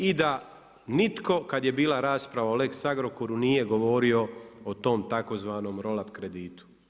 I da nitko kad je bila rasprava o lex Agrokoru nije govorio o tom tzv. roll up kreditu.